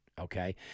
Okay